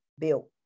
built